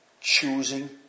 Choosing